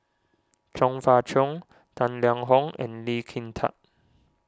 Chong Fah Cheong Tang Liang Hong and Lee Kin Tat